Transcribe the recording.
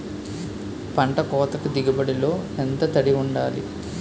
పంట కోతకు దిగుబడి లో ఎంత తడి వుండాలి?